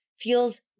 feels